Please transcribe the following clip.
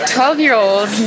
Twelve-year-old